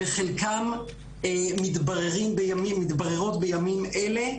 חלקן מתבררות בימים אלה,